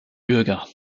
bürger